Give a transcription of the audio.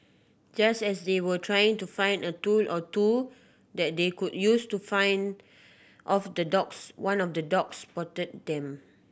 just as they were trying to find a tool or two that they could use to find off the dogs one of the dogs spotted them